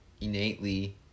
innately